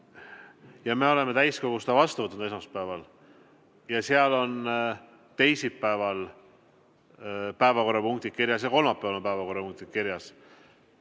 Me oleme täiskogus selle vastu võtnud esmaspäeval ja seal on teisipäevased päevakorrapunktid kirjas ja kolmapäevased päevakorrapunktid kirjas.